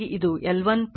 ಆಗಿರಬೇಕು